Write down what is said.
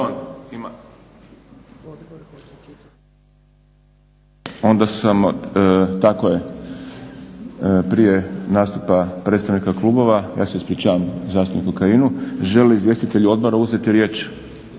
pardon. Tako je prije nastupa predstavnika klubova, ja se ispričavam zastupniku Kajinu, žele li izvjestitelji odbora uzeti riječ?